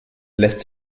lässt